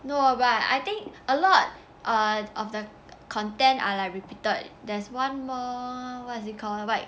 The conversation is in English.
no but I think a lot of the content are like repeated there's one more what is it called like